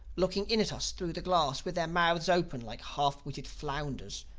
looking in at us through the glass with their mouths open, like half-witted flounders.